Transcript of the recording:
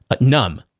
numb